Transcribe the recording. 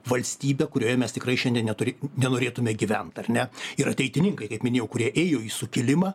valstybę kurioje mes tikrai šiandien neturi nenorėtume gyvent ar ne ir ateitininkai kaip minėjau kurie ėjo į sukilimą